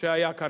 שהיה כאן.